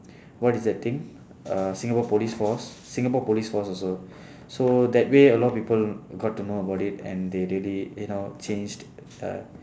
what is that thing uh singapore police force singapore police force also so that way a lot people got to know about it and they really you know change uh